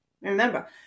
Remember